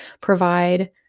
provide